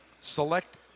Select